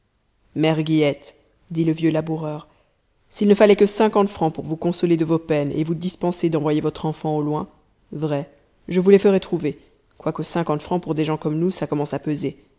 mère guillette dit le vieux laboureur s'il ne fallait que cinquante francs pour vous consoler de vos peines et vous dispenser d'envoyer votre enfant au loin vrai je vous les ferais trouver quoique cinquante francs pour des gens comme nous ça commence à peser